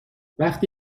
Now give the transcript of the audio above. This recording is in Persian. وقتی